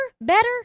better